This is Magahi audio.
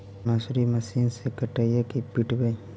मसुरी मशिन से कटइयै कि पिटबै?